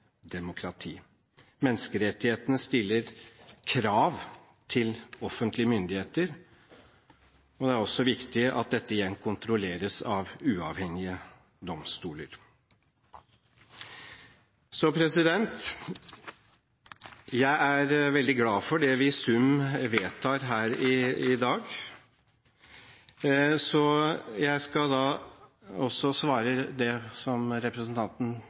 demokrati. Menneskerettighetene stiller krav til offentlige myndigheter, og det er viktig at dette igjen kontrolleres av uavhengige domstoler. Jeg er veldig glad for det vi i sum vedtar her i dag. Så til det representanten Tetzschner tok opp når det gjelder vårt forslag til ny grunnlovsparagraf og retten til liv. Jeg synes det